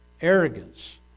arrogance